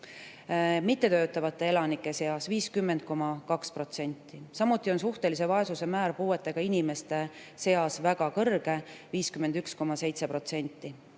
mittetöötavate elanike seas 50,2%. Samuti on suhtelise vaesuse määr puuetega inimeste seas väga kõrge – 51,7%.